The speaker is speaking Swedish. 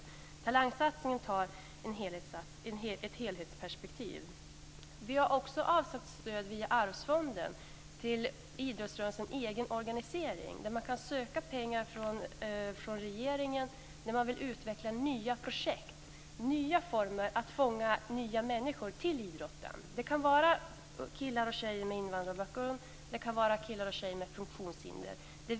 Man tar i talangsatsningen ett helhetsperspektiv. Vi har också avsatt stöd via arvsfonden till organiseringen av idrottsrörelsen. Man kan söka pengar från regeringen i samband med utveckling av nya projekt, nya former att fånga nya människor till idrotten. Det kan vara killar och tjejer med invandrarbakgrund, det kan vara killar och tjejer med funktionshinder.